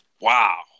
Wow